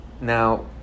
now